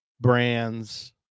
brands